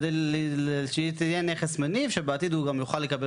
כדי שהיא תהיה נכס מניב שבעתיד הוא גם יוכל לקבל